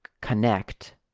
connect